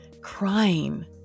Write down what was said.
crying